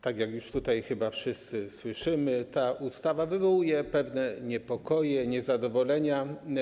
Tak jak już tutaj wszyscy słyszymy, ta ustawa wywołuje pewne niepokoje, niezadowolenie.